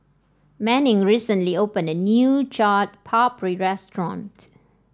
Manning recently opened a new Chaat Papri restaurant